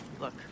Look